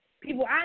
people